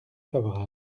favorable